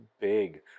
big